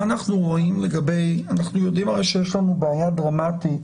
אנחנו יודעים שיש לנו בעיה דרמטית